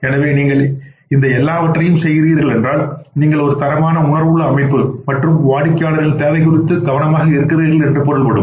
எனவே நீங்கள் இந்த எல்லாவற்றையும் செய்கிறீர்கள் என்றால் நீங்கள் ஒரு தரமான உணர்வுள்ள அமைப்பு மற்றும் வாடிக்கையாளரின்தேவைகள்குறித்து கவனமாக இருக்கிறீர்கள் என்று அர்த்தம்